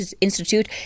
Institute